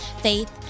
faith